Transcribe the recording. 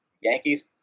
Yankees